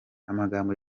amagambo